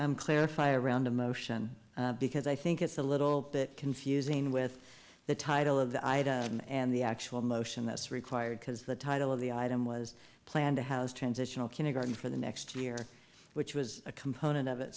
maybe clarify around a motion because i think it's a little bit confusing with the title of the item and the actual motion that's required because the title of the item was planned to house transitional kindergarten for the next year which was a component of it